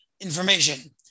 information